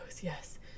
yes